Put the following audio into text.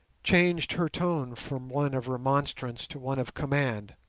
changed her tone from one of remonstrance to one of command.